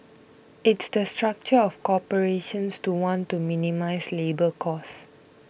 it's the structure of corporations to want to minimise labour costs